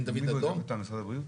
דוד אדום -- מי בדק אותם משרד הבריאות?